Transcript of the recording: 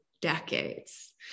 decades